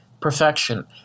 perfection